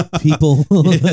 people